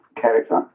character